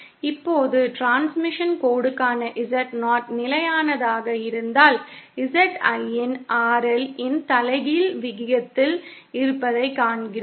இப்போது டிரான்ஸ்மிஷன் கோடுக்கான Z0 நிலையானதாக இருந்தால் ZIn RL இன் தலைகீழ் விகிதத்தில் இருப்பதைக் காண்கிறோம்